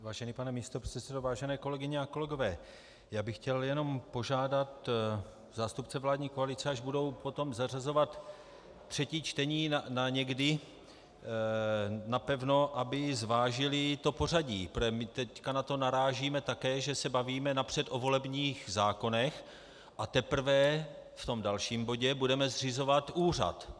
Vážený pane místopředsedo, vážené kolegyně a kolegové, já bych chtěl jenom požádat zástupce vládní koalice, až budou potom zařazovat třetí čtení na někdy napevno, aby zvážili to pořadí, protože my teď na to narážíme také, že se bavíme napřed o volebních zákonech a teprve v tom dalším bodě budeme zřizovat úřad.